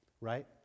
right